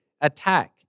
attack